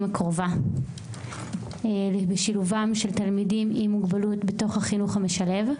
הקרובה בשילובם של תלמידים עם מוגבלות בתוך החינוך המשלב,